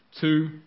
Two